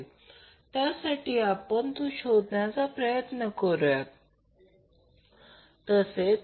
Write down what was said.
तर ते समान सामग्री आणि समान लांबीचे आहेत म्हणून rho समान राहील आणि केवळ रेडियसमध्ये फरक असेल